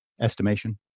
estimation